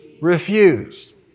refused